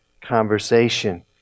conversation